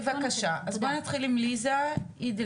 בבקשה, אז בואו נתחיל עם ליזה אידלמן.